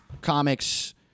comics